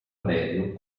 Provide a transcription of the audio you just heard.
prédio